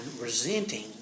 resenting